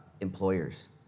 employers